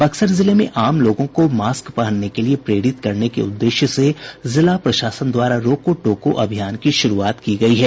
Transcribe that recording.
बक्सर जिले में आम लोगों को मास्क पहनने के लिये प्रेरित करने के उददेश्य से जिला प्रशासन द्वारा रोको टोको अभियान की शुरूआत की गयी है